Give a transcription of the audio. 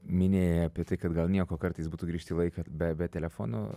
minėjai apie tai kad gal nieko kartais būtų grįžti į laiką be be telefonų